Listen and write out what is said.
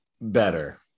better